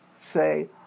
say